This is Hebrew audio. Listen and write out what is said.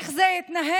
איך זה יתנהל.